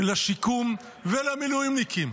לשיקום ולמילואימניקים,